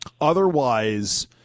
otherwise